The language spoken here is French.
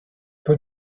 peu